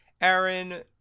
Aaron